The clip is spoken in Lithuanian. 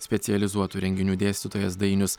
specializuotų renginių dėstytojas dainius